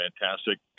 fantastic